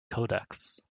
codex